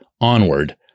onward